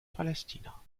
palästina